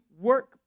work